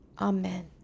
amen